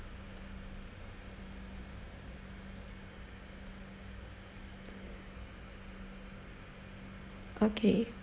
okay